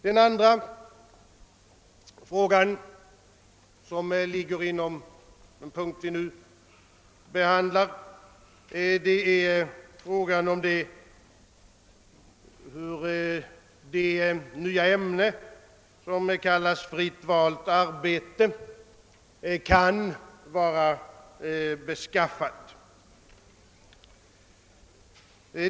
Den andra frågan, som ligger inom den punkt som vi nu behandlar, gäller hur det nya ämne som kallas »fritt valt arbete» kan vara beskaffat.